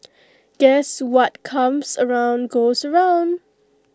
guess what comes around goes around